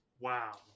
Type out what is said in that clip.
Wow